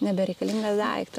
nebereikalingas daiktas